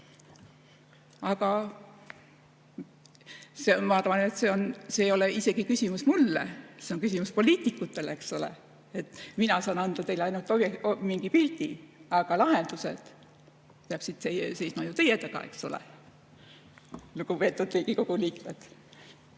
Aga ma arvan, et see ei ole isegi küsimus mulle, vaid see on küsimus poliitikutele. Mina saan anda teile ainult mingi pildi, aga lahendused peaksid seisma ju teie taga, eks ole, lugupeetud Riigikogu liikmed.